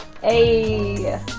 Hey